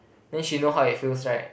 then she knows how it feels right